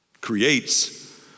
creates